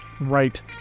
right